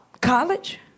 College